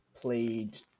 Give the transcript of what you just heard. played